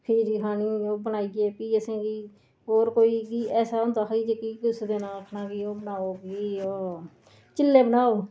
खिचड़ी खानी ओह् बनाइयै फ्ही असें होर कोई ऐसा हुंदा हा कुसै नै आखना कि ओह् बनाओ कि ओह् चिल्ले बनाओ